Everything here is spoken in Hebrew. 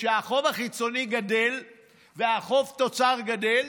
וכשהחוב החיצוני גדל והחוב תוצר גדל,